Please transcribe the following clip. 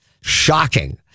Shocking